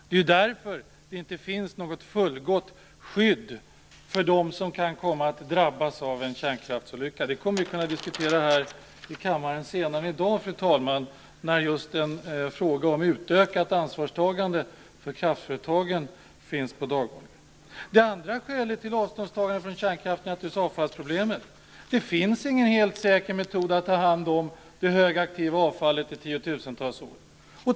Det är därför det inte finns något fullgott skydd för dem som kan komma att drabbas av en kärnkraftsolycka. Detta kommer vi att kunna diskutera här i kammaren senare i dag, när just frågan om ett utökat ansvarstagande för kraftföretagen står på dagordningen. Ett annat skäl för avståndstagande från kärnkraften är naturligtvis avfallsproblemet. Det finns ingen helt säker metod att ta hand om det högaktiva avfallet i tiotusentals år.